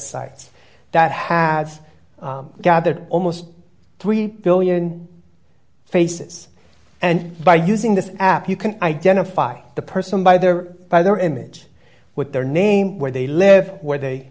sites that have gathered almost three billion faces and by using this app you can identify the person by their by their image with their name where they live where they